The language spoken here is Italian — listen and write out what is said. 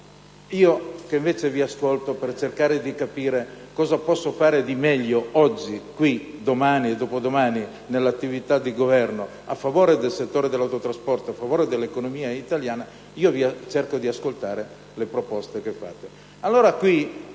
io, che invece vi ascolto per cercare di capire cosa posso fare di meglio oggi, domani e dopodomani nell'attività di governo a favore del settore dell'autotrasporto e dell'economia italiana, ascolto le vostre proposte, ma